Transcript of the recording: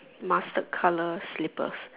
mustard colour slippers